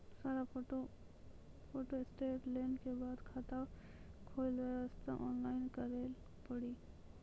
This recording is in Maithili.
सारा फोटो फोटोस्टेट लेल के बाद खाता खोले वास्ते ऑनलाइन करिल पड़ी?